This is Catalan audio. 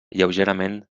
lleugerament